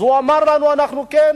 אז הוא אמר לנו: אנחנו כן.